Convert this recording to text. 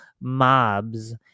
mobs